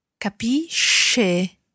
Capisce